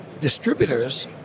distributors